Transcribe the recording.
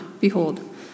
behold